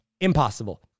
impossible